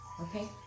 Okay